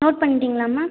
note பண்ணிட்டீங்களா ma'am